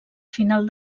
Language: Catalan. final